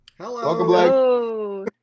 hello